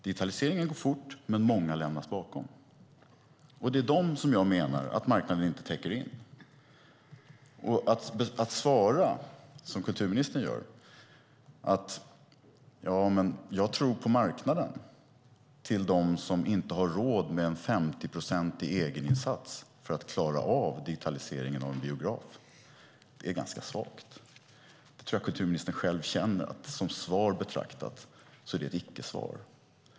Digitaliseringen går fort, men många lämnas bakom. Dessa täcker inte marknaden in. Att som kulturministern svara "jag tror på marknaden" till dem som inte har råd med en 50-procentig egeninsats för att klara av digitaliseringen av en biograf är ganska svagt. Jag tror att kulturministern själv känner att det som svar betraktat är ett icke-svar.